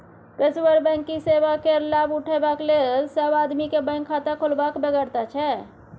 पेशेवर बैंकिंग सेवा केर लाभ उठेबाक लेल सब आदमी केँ बैंक खाता खोलबाक बेगरता छै